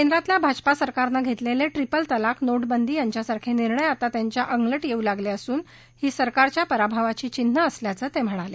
केंद्रातल्या भाजपा सरकारनं घेतलेले ट्रिपल तलाक नोटाबंदी यांसारखे निर्णय आता त्यांच्या अंगलट येउ लागले असून ही सरकारच्या पराभवाची चिन्हं असल्याचं ते म्हणाले